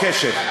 חבר'ה,